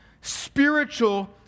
spiritual